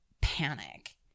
panic